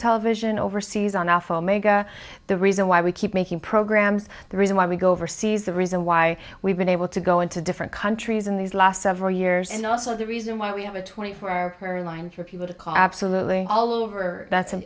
television overseas an awful mega the reason why we keep making programmes the reason why we go overseas the reason why we've been able to go into different countries in these last several years and also the reason why we have a twenty four hour care line for people to call absolutely all over that's